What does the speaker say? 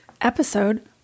episode